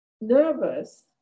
nervous